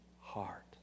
heart